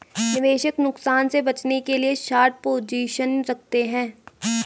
निवेशक नुकसान से बचने के लिए शार्ट पोजीशन रखते है